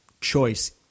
choice